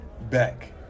back